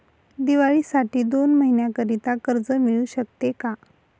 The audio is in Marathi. दिवाळीसाठी दोन महिन्याकरिता कर्ज मिळू शकते का?